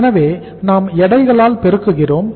எனவே நாம் எடைகளால் பெருக்குகிறோம்